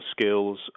skills